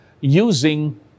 using